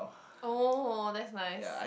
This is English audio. oh that's nice